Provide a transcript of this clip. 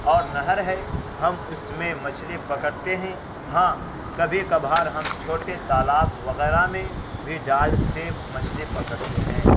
اور نہر ہے ہم اس میں مچھلی پکڑتے ہیں ہاں کبھی کبھار ہم چھوٹے تالاب وغیرہ میں بھی جال سے مچھلی پکڑتے ہیں